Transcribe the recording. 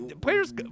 players